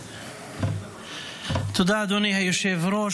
תודה, אדוני היושב-ראש.